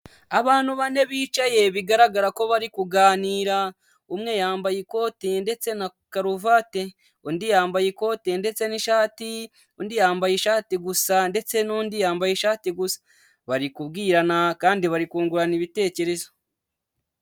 Abantu bane bicaye bigaragara ko bari kuganira, umwe yambaye ikoti ndetse na karuvati, undi yambaye ikote ndetse n'ishati, undi yambaye ishati gusa ndetse n'undi yambaye ishati gusa, bari kubwirana kandi bari kungurana ibitekerezo.